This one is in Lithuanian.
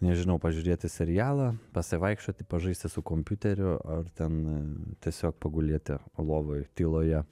nežinau pažiūrėti serialą pasivaikščioti pažaisti su kompiuteriu ar ten tiesiog pagulėti lovoj tyloje